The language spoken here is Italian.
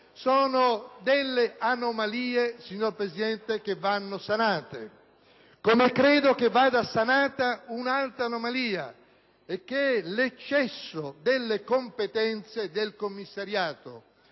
Sono anomalie, signor Presidente, che vanno sanate. Come credo che vada sanata un'altra anomalia e cioè l'eccesso delle competenze della Protezione